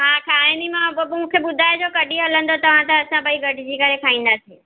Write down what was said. हा खाईंदीमाव पोइ तु मूंखे ॿुधाए जो कॾहिं हलंदो तव्हां त असां ॿई गॾुजी करे खाईंदासीं